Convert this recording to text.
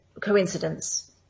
coincidence